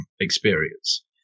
experience